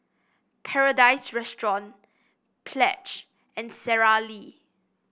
Paradise Restaurant Pledge and Sara Lee